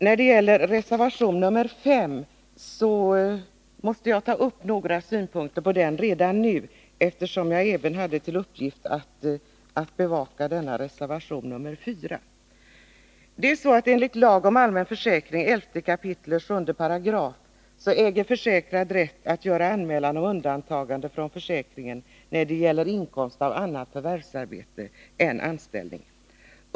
Jag måste redan nu lägga några synpunkter på reservation 5, eftersom jag även har i uppgift att bevaka reservation 4. Enligt 11 kap. 7 § lagen om allmän försäkring äger försäkrad rätt att göra anmälan om undantagande från försäkringen när det gäller inkomst av annat förvärvsarbete än anställning.